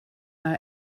mal